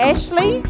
Ashley